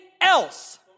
else